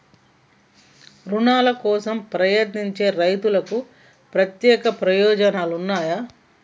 రుణాల కోసం ప్రయత్నించే రైతులకు ప్రత్యేక ప్రయోజనాలు ఉన్నయా?